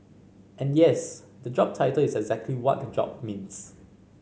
and yes the job title is exactly what the job means